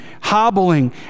hobbling